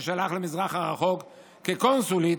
ששלח למזרח הרחוק כקונסולית